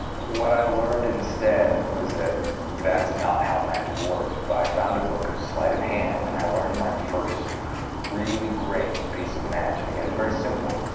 what i learned instead was that ah that's not how magic works. but i found a book of sleight of hand, and i learned my first really great piece of magic. and it's very simple.